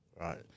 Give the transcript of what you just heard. right